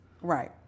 Right